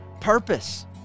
Purpose